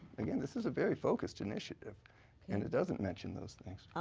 again, this is a very focused initiative and it doesn't mention those things.